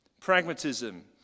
pragmatism